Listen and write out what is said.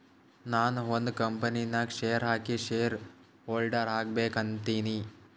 ನಾನು ಒಂದ್ ಕಂಪನಿ ನಾಗ್ ಶೇರ್ ಹಾಕಿ ಶೇರ್ ಹೋಲ್ಡರ್ ಆಗ್ಬೇಕ ಅಂತೀನಿ